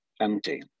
empty